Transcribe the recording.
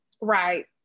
right